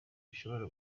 bishobora